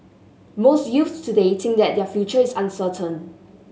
most youths today think that their future is uncertain